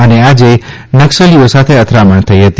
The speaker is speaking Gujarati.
અને આજે નકસલીઓ સાથે અથડામણ થઇ હતી